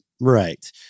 right